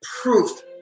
Proof